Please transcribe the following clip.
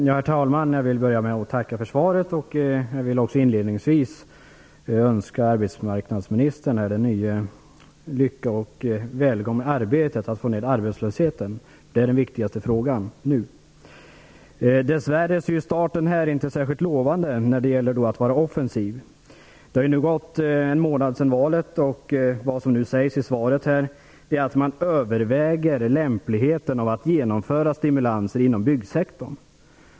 Herr talman! Jag vill börja med att tacka för svaret. Inledningsvis vill jag också önska den nye arbetsmarknadsministern lycka och välgång i arbetet att få ned arbetslösheten. Det är nu den viktigaste frågan. Dess värre är starten inte särskilt lovande när det gäller att vara offensiv. Det har nu gått en månad sedan valet och det som här sägs i svaret är att man överväger lämpligheten av att genomföra stimulanser inom byggsektorn.